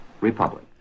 republic